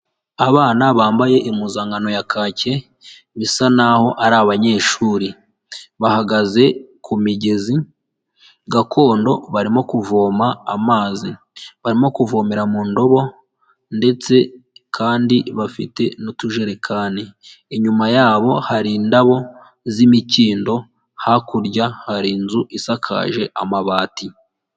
Abana bambaye impuzankano ya kake, bisa naho ari abanyeshuri. Bahagaze ku migezi gakondo barimo kuvoma amazi. Barimo kuvomera mu ndobo ndetse kandi bafite n'utujerekani, inyuma yabo hari indabo z'imikindo, hakurya hari inzu isakaje amabati.